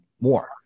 more